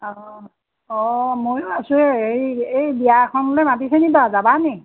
অঁ অঁ মইয়ো আছো এই এই বিয়াখনলৈ মাতিছে নি বাৰু যাবা নেকি